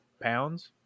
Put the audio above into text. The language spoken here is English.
pounds